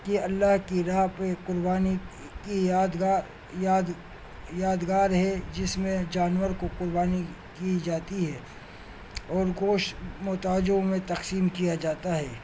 کی اللہ کی راہ پہ قربانی کی یادگار یاد یادگار ہے جس میں جانور کو قربانی کی جاتی ہے اور گوشت محتاجوں میں تقسیم کیا جاتا ہے